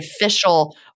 official